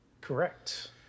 Correct